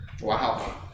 Wow